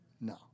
No